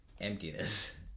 emptiness